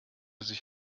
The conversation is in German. sich